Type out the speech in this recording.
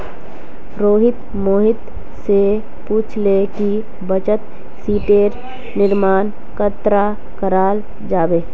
रोहित मोहित स पूछले कि बचत शीटेर निर्माण कन्ना कराल जाबे